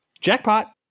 Jackpot